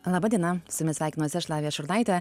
laba diena su jumis sveikinuosi aš lavija šurnaitė